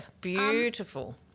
beautiful